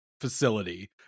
facility